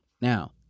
Now